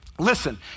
Listen